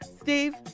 Steve